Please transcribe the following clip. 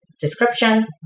description